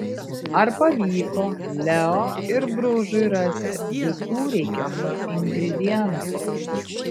ar pavyko leo ir bružui rasti visų reikiamų ingredientų